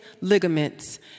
ligaments